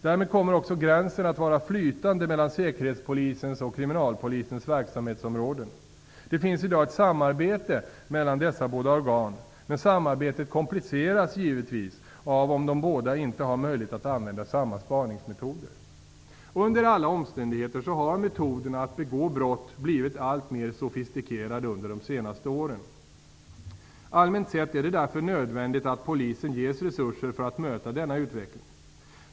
Därmed kommer också gränsen att vara flytande mellan säkerhetspolisens och kriminalpolisens verksamhetsområden. Det finns i dag ett samarbete mellan dessa båda organ, men samarbetet kompliceras givetvis om de båda inte har möjlighet att använda samma spaningsmetoder. Under alla omständigheter har metoderna att begå brott blivit alltmer sofistikerade under de senaste åren. Allmänt sett är det därför nödvändigt att polisen ges resurser för att möta denna utveckling.